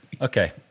Okay